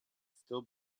still